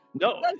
No